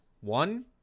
One